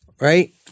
right